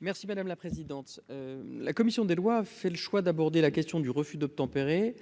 Merci madame la présidente, la commission des lois a fait le choix d'aborder la question du refus d'obtempérer,